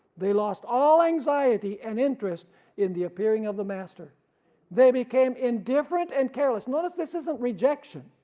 they lost all anxiety and interest in the appearing of the master they became indifferent and careless, notice this isn't rejection,